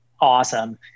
awesome